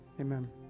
amen